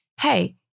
hey